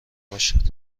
باشد